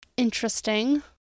interesting